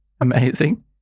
Amazing